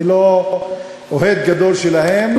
אני לא אוהד גדול שלהן,